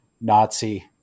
nazi